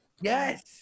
yes